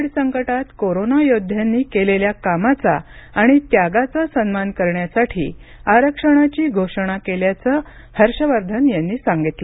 Covid संकटात corona योद्ध्यांनी केलेल्या कामाचा आणि त्यागाचा सन्मान करण्यासाठी आरक्षणाची घोषणा केल्याचं हर्षवर्धन यांनी सांगितलं